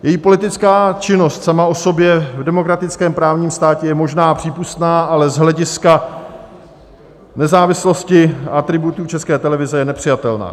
Její politická činnost sama o sobě v demokratickém právním státě je možná a přípustná, ale z hlediska nezávislosti atributů České televize je nepřijatelná.